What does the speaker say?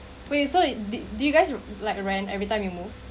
wait so do do you guys like rent every time you move